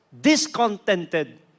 discontented